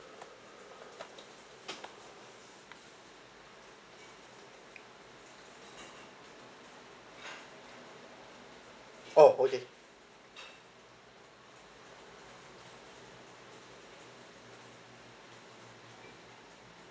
oh okay